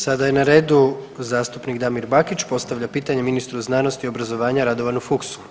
Sada je na redu zastupnik Damir Bakić postavlja pitanje ministru znanosti i obrazovanja Radovanu Fuchsu.